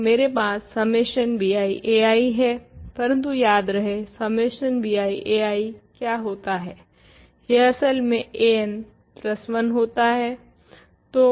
तो मेरे पास सम्मेशन bi ai है परंतु याद रहे सम्मेशन bi ai क्या होता है यह असल में an प्लस 1 होता है